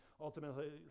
ultimately